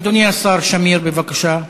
אדוני השר שמיר, בבקשה.